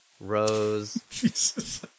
Rose